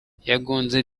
yagonze